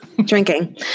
drinking